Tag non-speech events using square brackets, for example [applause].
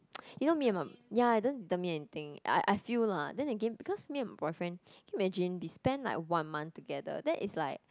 [noise] you know me and my ya then he tell me anything I feel like lah then again because me and my boyfriend can you imagine we spend like one month together that is like